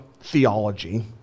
theology